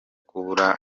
kubura